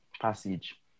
passage